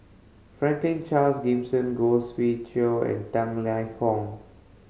Franklin Charles Gimson Khoo Swee Chiow and Tang Liang Hong